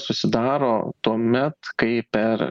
susidaro tuomet kai per